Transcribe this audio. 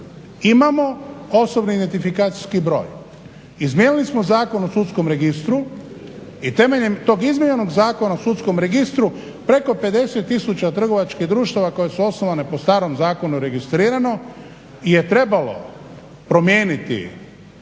Imamo osobni identifikacijski broj, izmijenili smo Zakon o sudskom registru i temeljem tog izmijenjenog Zakona o sudskom registru preko 50 tisuća trgovačkih društava koji su osnovane po starom zakonu registrirano je trebalo promijeniti